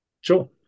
Sure